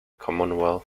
commonwealth